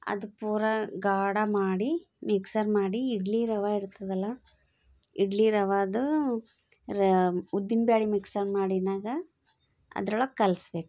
ಅದು ಪೂರಾ ಗಾಢ ಮಾಡಿ ಮಿಕ್ಸರ್ ಮಾಡಿ ಇಡ್ಲಿ ರವೆ ಇರ್ತದಲ್ಲ ಇಡ್ಲಿ ರವೆದು ರ ಉದ್ದಿನ ಬೇಳೆ ಮಿಕ್ಸರ್ ಮಾಡಿದಾಗ ಅದ್ರೊಳಗೆ ಕಲ್ಸ್ಬೇಕು